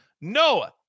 Noah